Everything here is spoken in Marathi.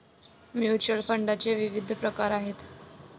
म्युच्युअल फंडाचे विविध प्रकार आहेत